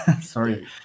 sorry